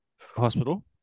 hospital